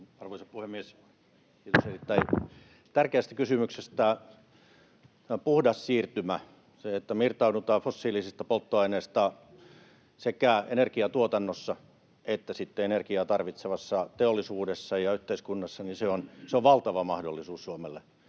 Arvoisa puhemies! Kiitos erittäin tärkeästä kysymyksestä. Puhdas siirtymä, se, että me irtaudutaan fossiilisista polttoaineista sekä energiatuotannossa että energiaa tarvitsevassa teollisuudessa ja yhteiskunnassa, on valtava mahdollisuus Suomelle.